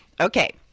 Okay